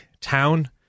town